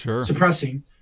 suppressing